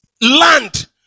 land